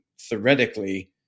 theoretically